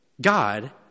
God